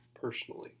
personally